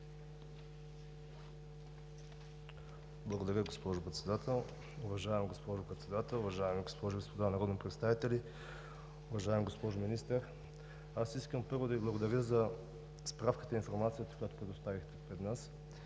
Благодаря, госпожо Председател. Уважаема госпожо Председател, уважаеми госпожи и господа народни представители! Уважаема госпожо Министър, искам, първо, да Ви благодаря за справката, за информацията, която представихте пред нас.